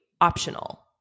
optional